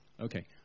Okay